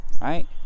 right